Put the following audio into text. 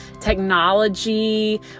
technology